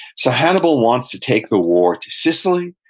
so hannibal wants to take the war to sicily,